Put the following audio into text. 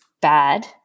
bad